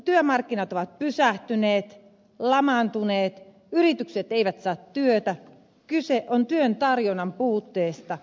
työmarkkinat ovat pysähtyneet lamaantuneet yritykset eivät saa työtä kyse on työn tarjonnan puutteesta